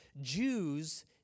Jews